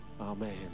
Amen